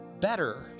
better